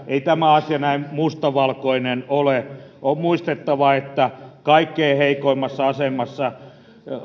ei asia näin mustavalkoinen ole on muistettava että kaikkein heikoimmassa asemassa